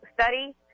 study